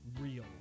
real